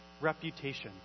reputation